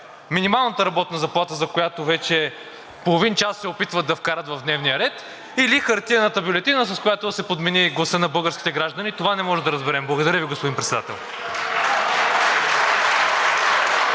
минималната работна заплата, за която вече половин час се опитват да вкарат в дневния ред, или хартиената бюлетина, с която да се подмени гласът на българските граждани. Това не можем да разберем. Благодаря Ви, господин Председател.